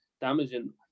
damaging